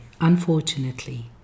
unfortunately